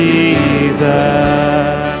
Jesus